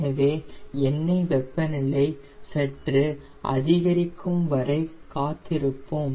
எனவே எண்ணெய் வெப்பநிலை சற்று அதிகரிக்கும் வரை காத்திருப்போம்